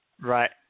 Right